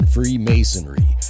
Freemasonry